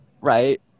right